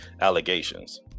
allegations